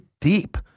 deep